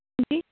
ਹਾਂਜੀ